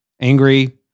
angry